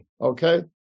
Okay